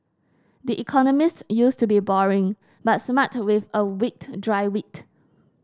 the Economist used to be boring but smart with a wicked dry wit